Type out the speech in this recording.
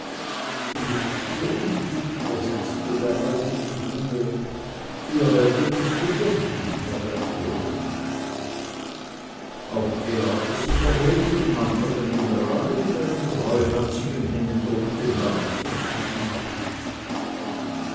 nichts für ungut versetzte der alte mit ruhe ihr werdet es bedenken herr wertmüller auch er hatte sich erhoben und nahm von dem generale mit einem treuherzigen händedruck den landesüblichen abschied